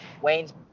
Wayne's